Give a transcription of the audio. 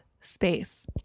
space